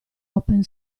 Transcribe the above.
open